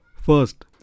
First